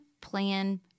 plan